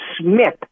Smith